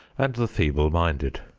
and the feeble-minded.